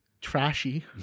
trashy